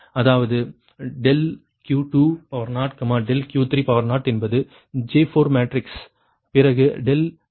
அதாவது ∆Q20 ∆Q30 என்பது J4 matrix பிறகு ∆V20 ∆V30